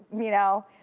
you know.